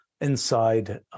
inside